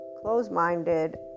close-minded